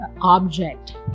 object